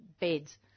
beds